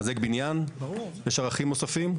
מחזק בניין, יש ערכים נוספים.